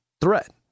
threat